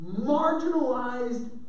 marginalized